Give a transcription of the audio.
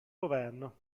governo